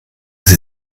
sie